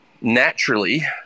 naturally